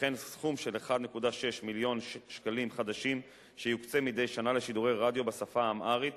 וכן סכום של 1.6 מיליון ש"ח שיוקצה מדי שנה לשידורי רדיו בשפה האמהרית